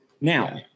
now